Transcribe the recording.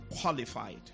Qualified